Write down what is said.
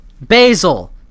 basil